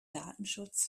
datenschutz